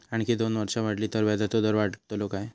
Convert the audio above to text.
आणखी दोन वर्षा वाढली तर व्याजाचो दर वाढतलो काय?